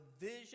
vision